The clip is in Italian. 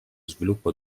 sviluppo